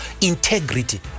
integrity